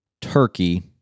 turkey